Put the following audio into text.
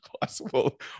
possible